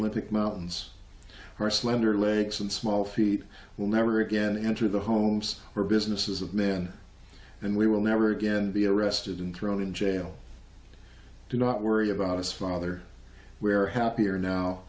olympic mountains are slender legs and small feet will never again enter the homes or businesses of men and we will never again be arrested and thrown in jail do not worry about us father where happier now